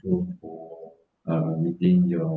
grateful for uh meeting your